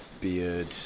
Beard